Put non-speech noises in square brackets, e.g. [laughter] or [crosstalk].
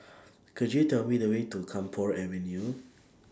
[noise] Could YOU Tell Me The Way to Camphor Avenue [noise]